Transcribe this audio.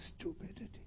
stupidity